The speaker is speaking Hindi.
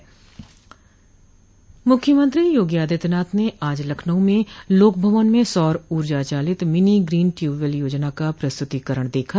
मुख्यमंत्री योगी आदित्यनाथ ने आज लखनऊ में लोक भवन में सौर ऊर्जा चालित मिनी ग्रीन ट्यूबवेल योजना का प्रस्तुतीकरण देखा